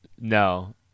No